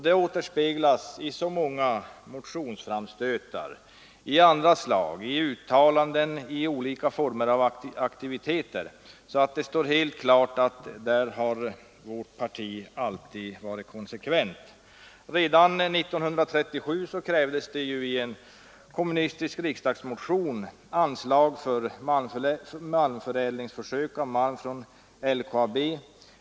Det återspeglas i så många motionsframstötar, i andra former, i uttalanden, i olika slag av aktiviteter, att det står helt klart att därvidlag har vårt parti alltid varit konsekvent. Redan 1937 krävdes det i en kommunistisk riksdagsmotion anslag för försök med förädling av malm från LKAB.